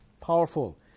Powerful